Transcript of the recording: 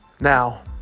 Now